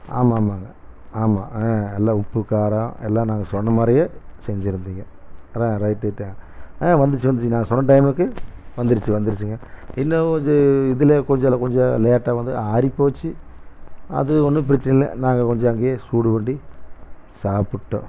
ஆமாம் ஆமாங்க ஆமாம் ஆ எல்லாம் உப்பு காரம் எல்லாம் நாங்கள் சொன்ன மாதிரியே செஞ்சு இருந்தீங்க அதுதான் ரைட்டுத்தான் ஆ வந்துச்சு வந்துச்சு நான் சொன்ன டைமுக்கு வந்துருச்சு வந்துருச்சுங்க என்ன ஓ இது இதில் கொஞ்சோல கொஞ்சம் லேட்டாக வந்து ஆறி போச்சு அது ஒன்றும் பிரச்சனை இல்லை நாங்கள் கொஞ்சம் அங்கேயே சூடு பண்ணி சாப்பிட்டோம்